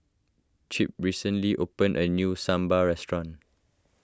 Chip recently opened a new Sambar restaurant